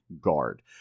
guard